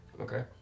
Okay